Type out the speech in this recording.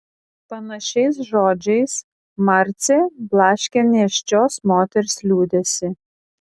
panašiais žodžiais marcė blaškė nėščios moters liūdesį